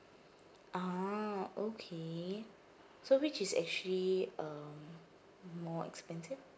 ah okay so which is actually um more expensive